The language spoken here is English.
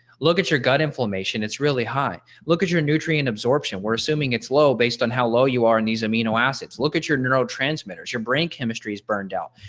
look at your gut inflammation it's really high. look at your nutrient absorption, we're assuming it's low based on how low you are in these amino acids, look at your neurotransmitters, your brain chemistry is burned out.